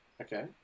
okay